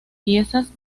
piezas